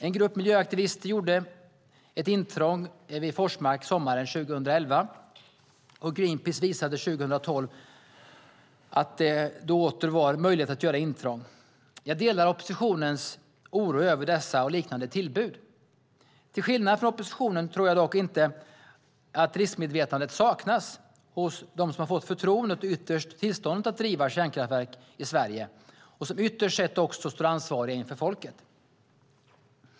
En grupp miljöaktivister gjorde ett intrång vid Forsmark sommaren 2011, och Greenpeace visade 2012 att det då åter var möjligt att göra intrång. Jag delar oppositionens oro över dessa och liknande tillbud. Till skillnad från oppositionen tror jag dock inte att riskmedvetandet saknas hos dem som fått förtroendet och tillstånden att driva kärnkraftverk i Sverige - och som ytterst sett också står ansvariga inför folket.